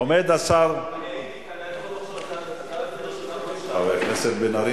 עומד השר --- אני הייתי כאן --- חבר הכנסת בן-ארי,